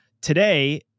today